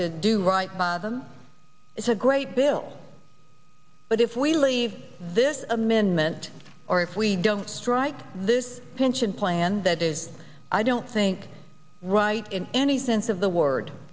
to do right by them it's a great bill but if we leave this amendment or if we don't strike this pension plan that is i don't think right in any sense of the word